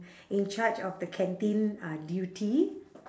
in charge of the canteen uh duty